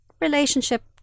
relationship